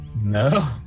No